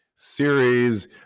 Series